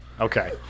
Okay